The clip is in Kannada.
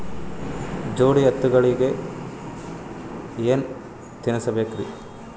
ಜೋಡಿ ಎತ್ತಗಳಿಗಿ ಏನ ತಿನಸಬೇಕ್ರಿ?